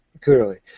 clearly